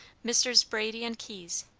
messrs. brady and keyes,